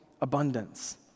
abundance